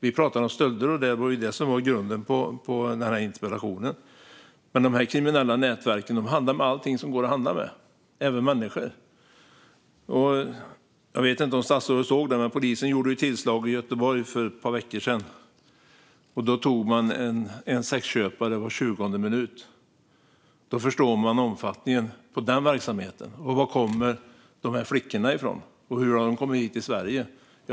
Vi pratar om stölder, och det var ju grunden för interpellationen. Men de kriminella nätverken handlar med allting som går att handla med, även människor. Jag vet inte om statsrådet såg det, men polisen gjorde tillslag i Göteborg för ett par veckor sedan och tog en sexköpare var 20:e minut. Då förstår man omfattningen på den verksamheten. Var kommer de här flickorna ifrån, och hur har de kommit hit till Sverige?